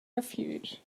refuge